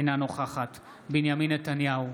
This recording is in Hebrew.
אינה נוכחת בנימין נתניהו,